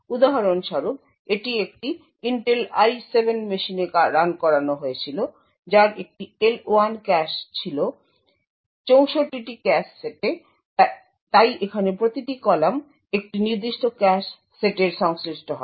উদাহরণস্বরূপ এটি একটি Intel i7 মেশিনে রান করানো হয়েছিল যার একটি L1 ক্যাশ ছিল 64টি ক্যাশ সেটে তাই এখানে প্রতিটি কলাম একটি নির্দিষ্ট ক্যাশে সেটের সংশ্লিষ্ট হয়